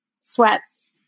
sweats